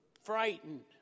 frightened